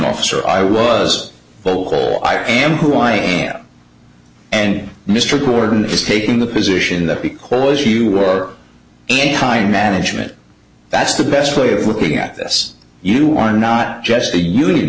officer i was bowl i am who i am and mr gordon is taking the position that because you were any time management that's the best way of looking at this you are not just a union